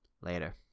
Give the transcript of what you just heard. later